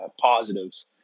positives